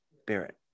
spirit